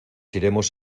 iremos